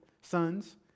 sons